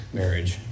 marriage